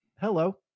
hello